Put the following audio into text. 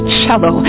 cello